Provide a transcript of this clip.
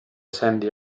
sandy